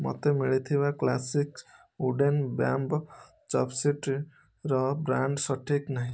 ମୋତେ ମିଳିଥିବା classic wooden bamboo ଚପ୍ଷ୍ଟିକ୍ର ବ୍ରାଣ୍ଡ୍ ସଠିକ୍ ନାହିଁ